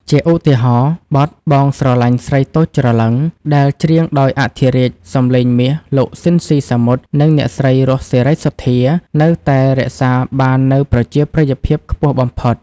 ជាឧទាហរណ៍ បទ បងស្រលាញ់ស្រីតូចច្រឡឹង ដែលច្រៀងដោយអធិរាជសម្លេងមាស លោក ស៊ីន ស៊ីសាមុត និងអ្នកស្រី រស់ សេរីសុទ្ធា នៅតែរក្សាបាននូវប្រជាប្រិយភាពខ្ពស់បំផុត។